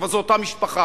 אבל זה אותה משפחה,